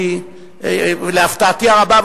להפתעתי הרבה,